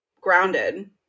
grounded